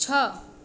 છ